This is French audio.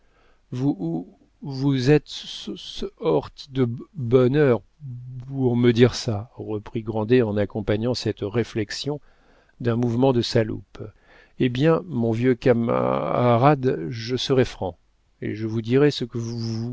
ou vous êtes so so orti de bo bonne heure pooour me dire ça reprit grandet en accompagnant cette réflexion d'un mouvement de sa loupe hé bien mon vieux camaaaarade je serai franc et je vous dirai ce que vooous